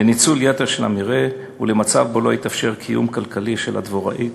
לניצול יתר של המרעה ולמצב שבו לא יתאפשר קיום כלכלי של הדבוראי